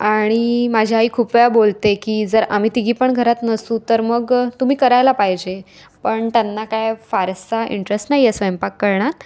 आणि माझी आई खूप वेळा बोलते की जर आम्ही तिघी पण घरात नसू तर मग तुम्ही करायला पाहिजे पण त्यांना काय फारसा इंटरेस्ट नाही आहे स्वयंपाक करण्यात